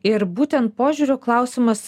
ir būtent požiūrio klausimas